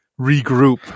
regroup